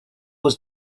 was